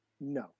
no